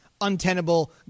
untenable